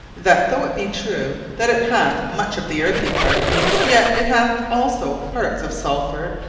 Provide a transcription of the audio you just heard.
that though it be true, that it hath much of the earthy part yet it hath also parts of sulphur,